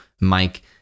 Mike